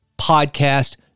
podcast